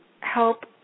help